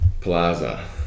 Plaza